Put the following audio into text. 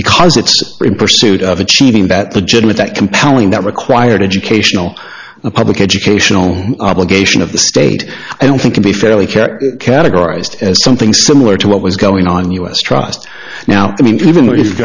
because it's in pursuit of achieving that the job with that compelling that required educational the public educational obligation of the state i don't think can be fairly categorized as something similar to what was going on u s trust now i mean even though you've